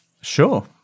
Sure